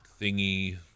thingy